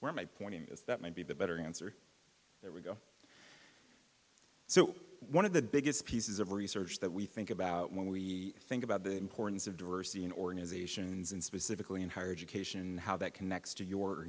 were my point is that might be the better answer there we go so one of the biggest pieces of research that we think about when we think about the importance of diversity in organizations and specifically in higher education and how that connects to your